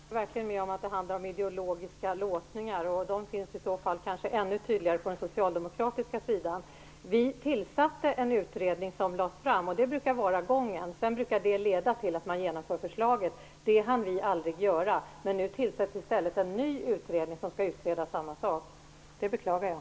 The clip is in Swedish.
Fru talman! Jag håller verkligen med om att det handlar om ideologiska låsningar. De finns i så fall, kanske ännu tydligare, på den socialdemokratiska sidan. Vi tillsatte en utredning, som lades fram. Det brukar vara gången, och sedan brukar det leda till att förslaget genomförs. Det hann vi aldrig göra. Men nu tillsätts det i stället en ny utredning, som skall utreda samma sak. Det beklagar jag.